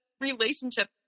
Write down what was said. relationship